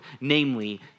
namely